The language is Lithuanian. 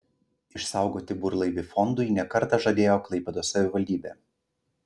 išsaugoti burlaivį fondui ne kartą žadėjo klaipėdos savivaldybė